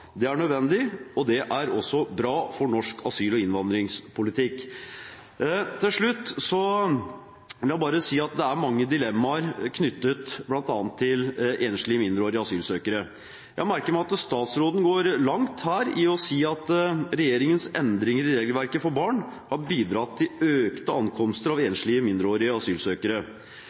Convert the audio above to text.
Det er nødvendig og det er også bra for norsk asyl- og innvandringspolitikk. Til slutt vil jeg bare si at det er mange dilemmaer knyttet til bl.a. enslige mindreårige asylsøkere. Jeg merker meg at statsråden går langt her i å si at regjeringens endringer i regelverket for barn har bidratt til økte ankomster av enslige mindreårige asylsøkere.